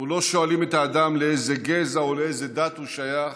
אנחנו לא שואלים את האדם לאיזה גזע או לאיזו דת הוא שייך.